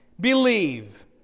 Believe